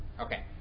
Okay